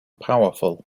powerful